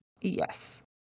Yes